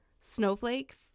Snowflakes